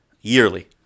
yearly